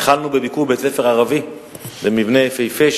התחלנו בביקור בבית-ספר ערבי במבנה יפהפה,